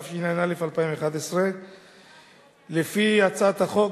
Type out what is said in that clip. התשע"א 2011. לפי הצעת החוק,